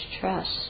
trust